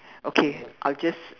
okay I'll just